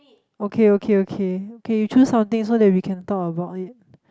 okay okay okay okay you choose something so that we can talk about it